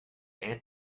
and